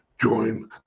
Join